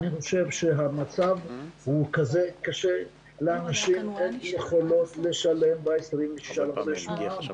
המצב הוא קשה ולאנשים אין יכולת לשלם ב- 26 בחודש מע"מ.